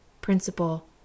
principle